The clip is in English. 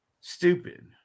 Stupid